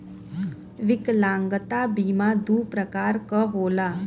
विकलागंता बीमा दू प्रकार क होला